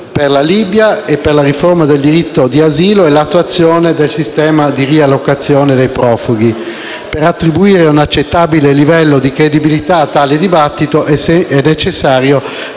del fondo europeo, la riforma del sistema di asilo e l'attuazione del sistema di riallocazione dei profughi. Per attribuire un accettabile livello di credibilità a tale dibattito è necessario